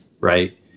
right